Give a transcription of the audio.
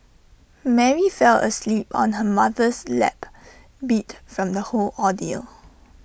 Mary fell asleep on her mother's lap beat from the whole ordeal